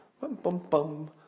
bum-bum-bum